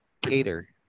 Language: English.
cater